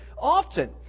often